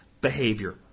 behavior